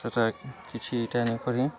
ସେଟା କିଛି ଇ'ଟା ନାଇ କରି